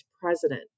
president